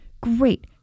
great